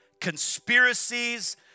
conspiracies